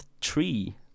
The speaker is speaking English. tree